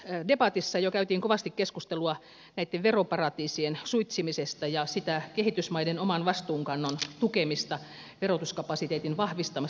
tuossa debatissa jo käytiin kovasti keskustelua näitten veroparatiisien suitsimisesta ja siinä kehitysmaiden oman vastuunkannon tukemisesta verotuskapasiteetin vahvistamisesta ja niin edelleen